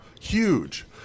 huge